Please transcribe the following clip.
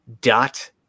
dot